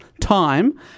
time